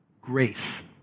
grace